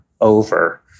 over